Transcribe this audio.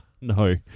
No